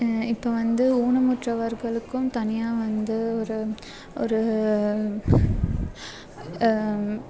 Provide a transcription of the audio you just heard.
இப்போ வந்து ஊனமுற்றவர்களுக்கும் தனியாக வந்து ஒரு ஒரு